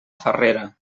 farrera